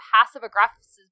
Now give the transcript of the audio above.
passive-aggressiveness